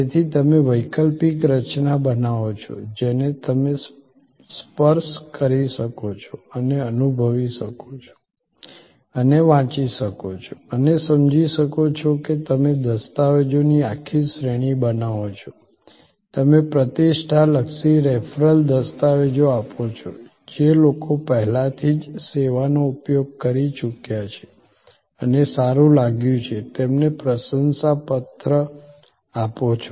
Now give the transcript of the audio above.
તેથી તમે વૈકલ્પિક રચના બનાવો છો જેને તમે સ્પર્શ કરી શકો છો અને અનુભવી શકો છો અને વાંચી શકો છો અને સમજી શકો છો કે તમે દસ્તાવેજોની આખી શ્રેણી બનાવો છો તમે પ્રતિષ્ઠા લક્ષી રેફરલ દસ્તાવેજો આપો છો જે લોકો પહેલાથી જ સેવાનો ઉપયોગ કરી ચૂક્યા છે અને સારું લાગ્યું છે તેમને પ્રશંસાપત્ર આપો છો